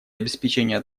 обеспечения